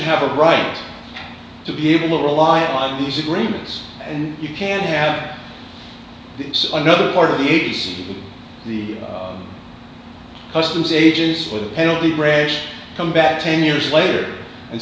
have a right to be able to rely on these agreements and you can't have another part of the eighty's the customs ages or the penalty gresh come back ten years later and